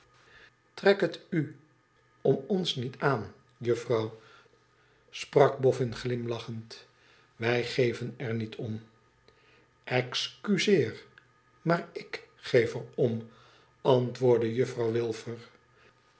strek hetu om ons niet aan juffrouw sprak bofëin glimlachend wij geven er niet om keuseer maar ik geef er om antwoordde juffrouw